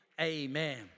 amen